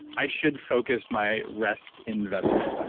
i should focus my rest investment. like